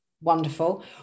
Wonderful